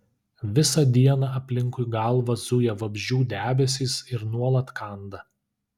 visą dieną aplinkui galvą zuja vabzdžių debesys ir nuolat kanda